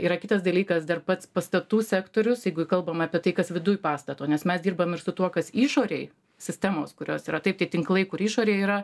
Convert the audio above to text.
yra kitas dalykas dar pats pastatų sektorius jeigu kalbam apie tai kas viduj pastato nes mes dirbam ir su tuo kas išorėj sistemos kurios yra taip tie tinklai kur išorėj yra